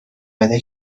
بده